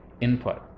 input